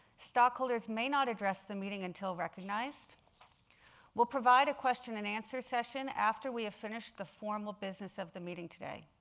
stockholders may not address the meeting until recognized. we will provide a question-and-answer session after we have finished the formal business of the meeting today.